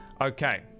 okay